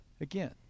again